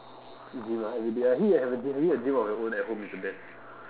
gym ah everyday actually have a gym having a gym of your own at home is the best